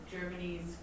Germany's